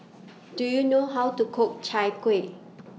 Do YOU know How to Cook Chai Kuih